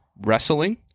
wrestling